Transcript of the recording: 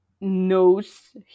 knows